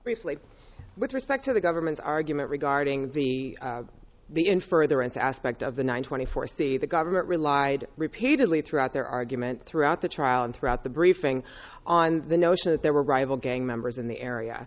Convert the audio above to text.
briefly with respect to the government's argument regarding the the in further into aspect of the one twenty four c the government relied repeatedly throughout their argument throughout the trial and throughout the briefing on the notion that there were rival gang members in the area